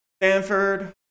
Stanford